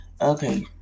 okay